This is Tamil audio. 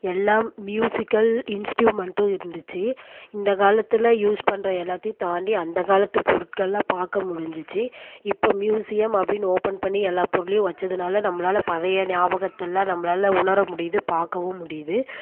எல்லாம் மியூசிக்கல் இன்ஸ்ட்ருமெட்டும் இருந்துச்சு இந்த காலத்தில் யூஸ் பண்ணுற எல்லாத்தையும் தாண்டி அந்த காலத்து பொருட்கள் எல்லாம் பார்க்க முடிஞ்சிச்சு இப்போ மியூசியம் அப்படின்னு ஓபன் பண்ணி எல்லாம் பொருளையும் வச்சதுனால நம்மளால் பழைய ஞாபகத்தில் நம்மளால் உணர முடியுது பார்க்கவும் முடியுது